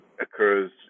occurs